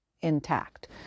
intact